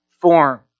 form